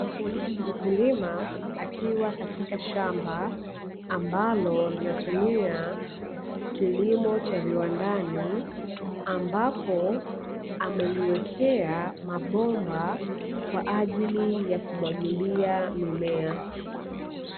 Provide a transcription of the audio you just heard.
Mkulima akiwa katika shamba ambalo linatumia kilimo cha viwandani ambapo ameliwekea mabomba kwa ajili ya kumwagilia mimea.